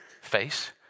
face